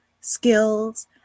skills